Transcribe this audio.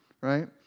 right